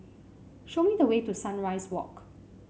show me the way to Sunrise Walk